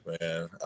man